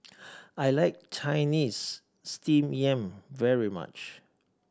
I like Chinese Steamed Yam very much